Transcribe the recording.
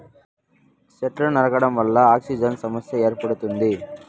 సెట్లను నరకడం వల్ల ఆక్సిజన్ సమస్య ఏర్పడుతుంది